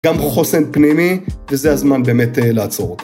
גם חוסן פנימי, וזה הזמן באמת לעצור אותם.